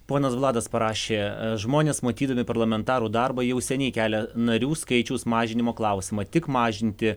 ponas vladas parašė žmonės matydami parlamentarų darbą jau seniai kelia narių skaičiaus mažinimo klausimą tik mažinti